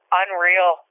unreal